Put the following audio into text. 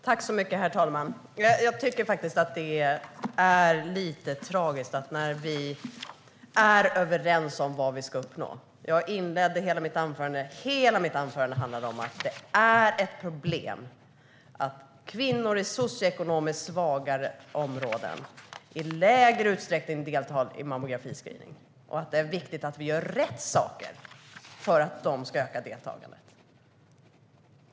Herr talman! Jag tycker faktiskt att det är lite tragiskt att höra detta från Karin Rågsjö när vi är överens om vad vi ska uppnå. Hela mitt huvudanförande handlade om att det är ett problem att kvinnor i socioekonomiskt svagare områden i lägre utsträckning deltar i mammografiscreening och att det är viktigt att vi gör rätt saker för att de ska öka deltagandet.